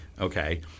Okay